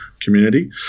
community